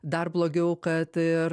dar blogiau kad ir